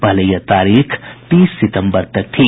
पहले यह तारीख तीस सितम्बर तक थी